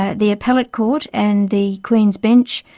ah the appellate court and the queen's bench,